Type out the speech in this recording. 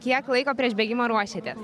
kiek laiko prieš bėgimą ruošiatės